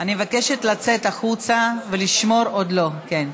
אני מבקשת לצאת החוצה ולשמור, עוד לא, כן.